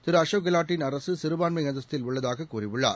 திரு அஷோக் கெலாட்டின் அரசுசிறுபான்மைஅந்தஸ்தில் உள்ளதாககூறியுள்ளார்